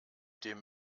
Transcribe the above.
dem